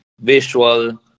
Visual